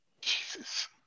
Jesus